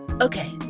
Okay